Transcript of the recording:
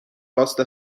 راست